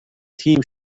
تیم